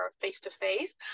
face-to-face